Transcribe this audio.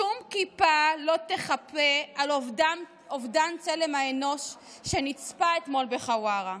שום כיפה לא תחפה על אובדן צלם האנוש שנצפה אתמול בחווארה.